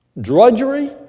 drudgery